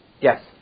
Yes